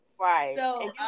Right